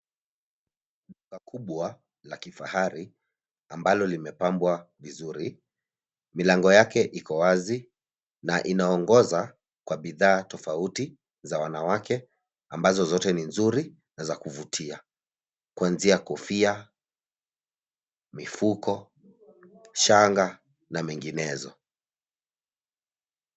Duka kubwa la kifahari ambalo limepambwa vizuri. Milango yake iko wazi na inaongoza kwa bidhaaa tofauti za wanawake ambao zote ni nzuri na za kuvutia kwanzia kofia, mifuko, shanga na minginezo.